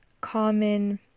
common